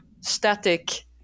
static